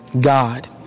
God